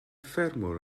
ffermwr